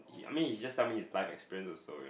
I mean he just tell me his life experience also